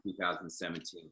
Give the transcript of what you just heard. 2017